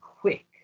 quick